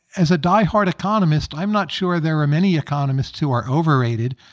as a die-hard economist, i'm not sure there are many economists who are overrated.